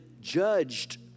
judged